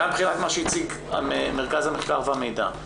גם מבחינת מה שהציג מרכז המחקר והמידע,